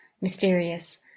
mysterious